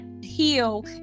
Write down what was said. heal